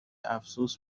افسوس